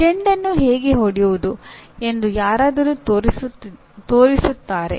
ಚೆಂಡನ್ನು ಹೇಗೆ ಹೊಡೆಯುವುದು ಎಂದು ಯಾರಾದರೂ ತೋರಿಸುತ್ತಾರೆ